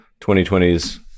2020s